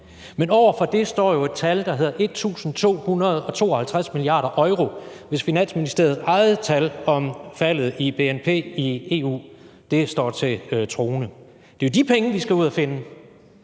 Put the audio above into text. men over for det står jo et tal, der hedder 1.252 mia. euro, hvis Finansministeriets eget tal om faldet i bnp i EU står til troende. Det er jo de penge, vi skal ud at finde,